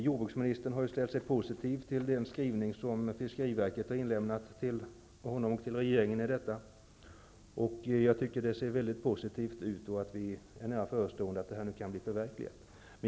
Jordbruksministern har ställt sig positiv till den skrivelse som fiskeriverket har inlämnat till honom och regeringen om detta, och jag tycker det ser ut som om det var nära förestående att det här kan bli förverkligat, vilket är mycket positivt.